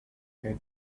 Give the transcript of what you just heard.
have